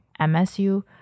MSU